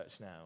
now